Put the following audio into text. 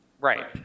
Right